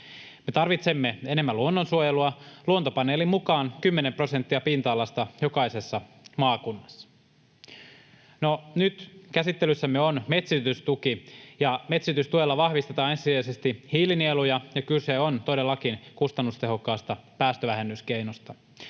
tarvitsemme enemmän luonnonsuojelua, Luontopaneelin mukaan kymmenen prosenttia pinta-alasta jokaisessa maakunnassa. Nyt käsittelyssämme on metsitystuki. Metsitystuella vahvistetaan ensisijaisesti hiilinieluja, ja kyse on todellakin kustannustehokkaasta päästövähennyskeinosta.